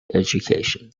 education